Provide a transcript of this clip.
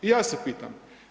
I ja se pitam.